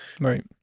Right